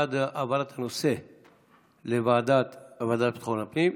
בעד העברת הנושא לוועדה לביטחון פנים,